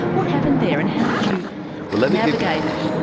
what happened there and how did you navigate it?